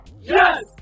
Yes